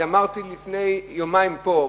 אני אמרתי לפני יומיים פה,